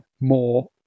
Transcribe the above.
more